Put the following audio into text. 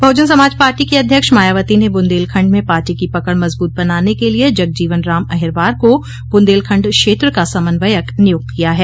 बहुजन Samaj party की अध्यक्ष मायावती ने बुन्देलखंड में पार्टी की पकड़ मजबूत बनाने के लिए जगजीवनराम अहिरवार को बुन्देलखंड क्षेत्र का समन्वयक नियुक्त किया है